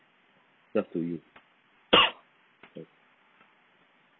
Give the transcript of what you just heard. served to you